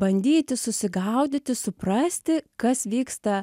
bandyti susigaudyti suprasti kas vyksta